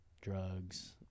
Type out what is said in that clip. drugs